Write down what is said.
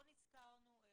לא נזכרנו,